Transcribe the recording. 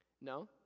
No